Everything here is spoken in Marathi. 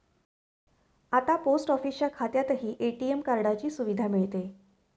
आता पोस्ट ऑफिसच्या खात्यातही ए.टी.एम कार्डाची सुविधा मिळते